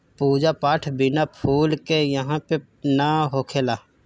पूजा पाठ बिना फूल के इहां पे ना होखेला